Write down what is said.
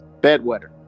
bedwetter